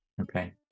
okay